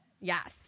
Yes